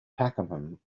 pakenham